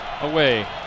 away